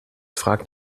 fragt